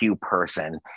person